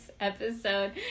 episode